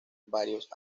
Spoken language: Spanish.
varios